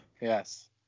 Yes